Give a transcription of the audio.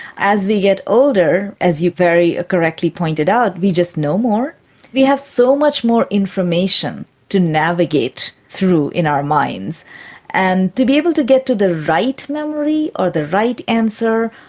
as we get older, as you very ah correctly pointed out, we just know more we have so much more information to navigate through in our minds and to be able to get to the right memory, or the right answer,